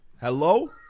Hello